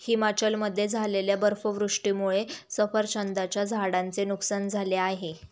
हिमाचलमध्ये झालेल्या बर्फवृष्टीमुळे सफरचंदाच्या झाडांचे नुकसान झाले आहे